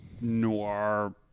noir